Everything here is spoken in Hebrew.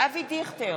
אבי דיכטר,